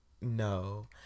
no